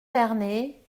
vernay